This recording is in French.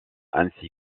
ainsi